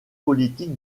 politique